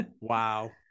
Wow